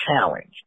challenged